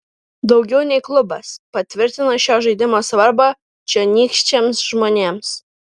daugiau nei klubas patvirtina šio žaidimo svarbą čionykščiams žmonėms